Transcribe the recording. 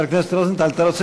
השר